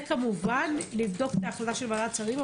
וכמובן, נבדוק את ההחלטה של ועדת שרים.